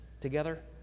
together